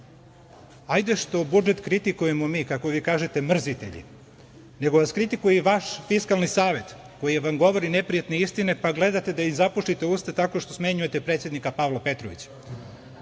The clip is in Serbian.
ajde što budžet kritikujemo mi kako vi kažete, mrzitelji, nego vas kritikuje i vaš Fiskalni savet koji vam govori neprijatne istine pa gledate da im zapušite usta tako što smenjujete predsednika Pavla Petrovića. Osvrnuću